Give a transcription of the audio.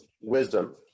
wisdom